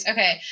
Okay